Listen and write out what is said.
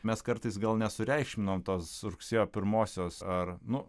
mes kartais gal nesureikšminam tos rugsėjo pirmosios ar nu